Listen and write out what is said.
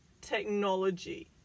technology